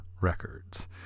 Records